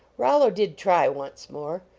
rollo did try once more,